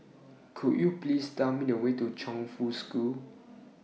Could YOU Please Tell Me The Way to Chongfu School